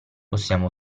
possiamo